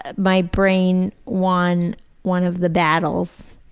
ah my brain won one of the battles.